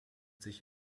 sich